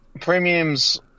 Premiums